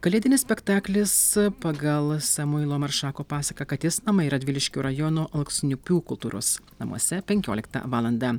kalėdinis spektaklis pagal samuilo maršako pasaką katės namai radviliškio rajono alksniupių kultūros namuose penkioliktą valandą